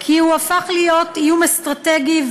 כי הוא הפך להיות איום אסטרטגי,